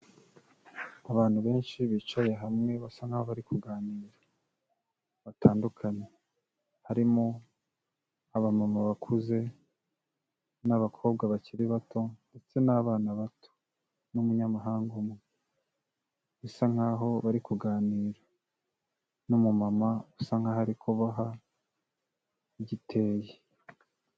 Abantu benshi bicaye hamwe basa nkaho bari kuganira, batandukanye; harimo aba mama bakuze, n'abakobwa bakiri bato, ndetse n'abana bato, n'umunyamahanga umwe; bisa nkaho bari kuganira, n'umu mama usa nkaho ari kubaha igiteyi.